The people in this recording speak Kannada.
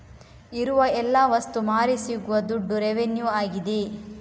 ಇರುವ ಎಲ್ಲ ವಸ್ತು ಮಾರಿ ಸಿಗುವ ದುಡ್ಡು ರೆವೆನ್ಯೂ ಆಗಿದೆ